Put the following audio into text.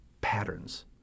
patterns